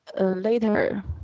later